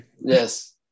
Yes